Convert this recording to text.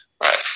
Right